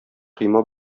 койма